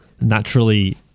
Naturally